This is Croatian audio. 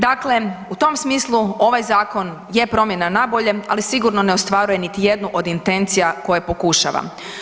Dakle, u tom smislu ovaj zakon je promjena nabolje ali sigurno ne ostvaruje niti jednu od intencija koje pokušava.